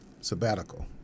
Sabbatical